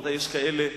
יש כאלה,